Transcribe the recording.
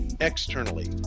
externally